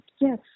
yes